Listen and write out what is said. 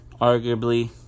arguably